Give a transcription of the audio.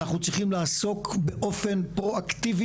אנחנו צריכים לעסוק, באופן פרואקטיבי,